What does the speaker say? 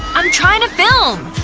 i'm trying to film!